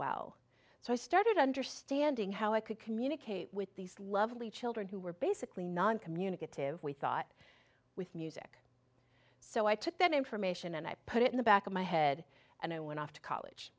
well so i started understanding how i could communicate with these lovely children who were basically non communicative we thought with music so i took that information and i put it in the back of my head and i went off to college